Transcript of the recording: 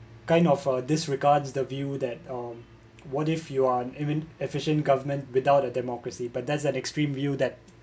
kind of a disregards the view um what if you are an efficient government without a democracy but that's an extreme view that